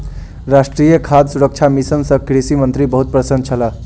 राष्ट्रीय खाद्य सुरक्षा मिशन सँ कृषि मंत्री बहुत प्रसन्न छलाह